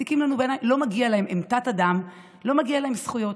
לא מגיע להם, הם תת-אדם, לא מגיעות להם זכויות.